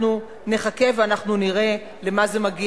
אנחנו נחכה ואנחנו נראה למה זה מגיע.